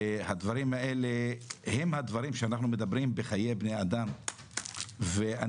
הדברים האלה נוגעים לחיי בני אדם ואני